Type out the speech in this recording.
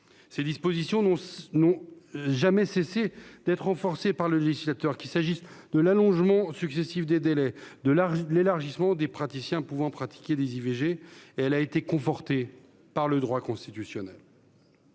Ses dispositions n'ont jamais cessé d'être renforcées par le législateur- allongements successifs des délais, élargissement des praticiens pouvant pratiquer des IVG, etc. -et confortées par le juge constitutionnel.